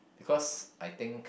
because I think